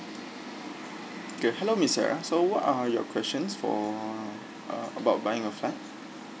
okay hello miss S E R A so what are your questions for uh about buying a flat